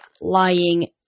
lying